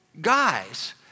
guys